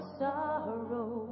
sorrow